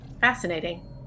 Fascinating